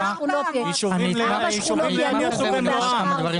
ארבע שכונות ינוחו והשאר לא.